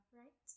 right